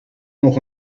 nog